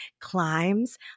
climbs